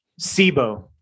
SIBO